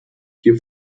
hier